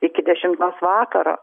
iki dešimtos vakaro